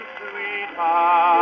sweetheart